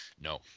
No